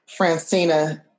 Francina